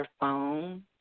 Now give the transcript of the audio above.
phone